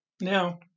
now